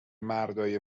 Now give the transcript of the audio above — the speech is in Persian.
مردای